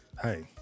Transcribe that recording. hey